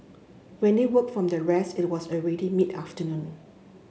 when they woke from their rest it was already mid afternoon